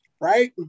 right